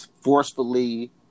forcefully